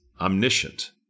omniscient